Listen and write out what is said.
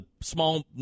small